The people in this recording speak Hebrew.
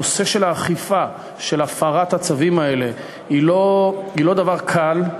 האכיפה במקרים של הפרת הצווים האלה היא לא דבר קל.